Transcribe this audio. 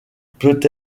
peut